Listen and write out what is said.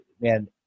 man